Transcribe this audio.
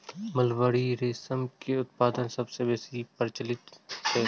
mulberry रेशम के उत्पादन सबसं बेसी प्रचलित छै